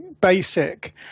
basic